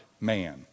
man